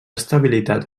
estabilitat